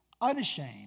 unashamed